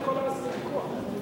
כבוד השר, אוזניות.